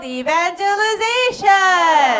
evangelization